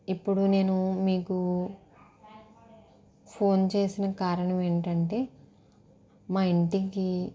ఇప్పుడు నేను మీకు ఫోన్ చేసిన కారణం ఏంటంటే మా ఇంటికి